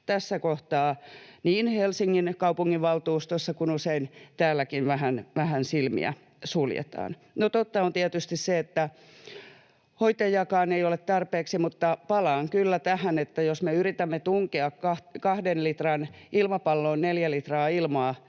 tässä kohtaa niin Helsingin kaupunginvaltuustossa kuin usein täälläkin vähän silmiä suljetaan. No, totta on tietysti se, että hoitajiakaan ei ole tarpeeksi, mutta palaan kyllä tähän, että jos me yritämme tunkea kahden litran ilmapalloon neljä litraa ilmaa,